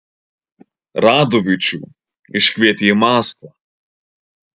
radovičių iškvietė į maskvą